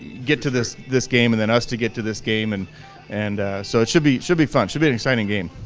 get to this this game and for us to get to this game and and so it should be should be fun. should be an exciting game.